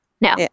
No